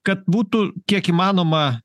kad būtų kiek įmanoma